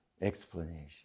Explanation